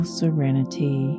serenity